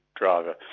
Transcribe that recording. driver